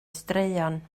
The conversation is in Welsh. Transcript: straeon